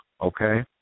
Okay